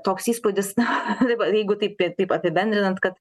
toks įspūdis na tai va taip taip apibendrinant kad